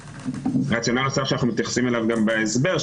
רציונל אחר שאנחנו מתייחסים אליו בהסבר,